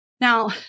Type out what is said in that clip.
Now